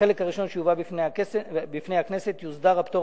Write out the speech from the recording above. בחלק הראשון שיובא בפני הכנסת יוסדר הפטור